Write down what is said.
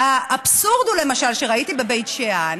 האבסורד, למשל, שראיתי בבית שאן,